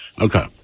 Okay